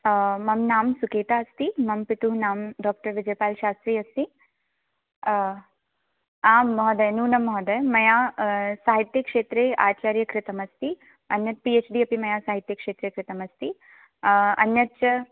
मम नाम सुकेता अस्ति मम पितुः नाम डोक्टर् विजयपाल् शास्त्रि अस्ति आम् महोदय नूनं महोदय मया साहित्यक्षेत्रे आचार्य कृतमस्ति अन्त्यत् पि हेच् डि अपि मया साहित्यक्षेत्रे कृतमस्ति अन्यच्च